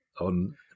on